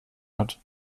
hat